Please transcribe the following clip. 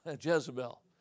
Jezebel